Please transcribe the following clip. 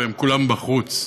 והם כולם בחוץ.